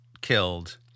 killed